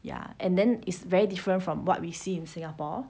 ya and then is very different from what we see in singapore